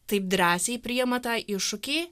taip drąsiai priima tą iššūkį